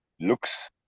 looks